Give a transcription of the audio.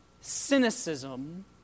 cynicism